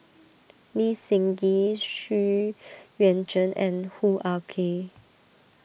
Lee Seng Gee Xu Yuan Zhen and Hoo Ah Kay